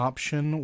Option